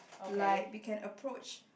like we can approach